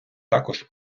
також